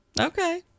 Okay